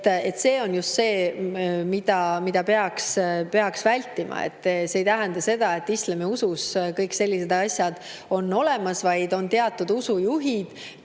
See on just see, mida peaks vältima. See ei tähenda seda, et islamiusus on kõik sellised asjad olemas, vaid on teatud usujuhid,